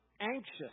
anxious